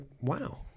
wow